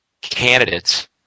candidates